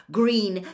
green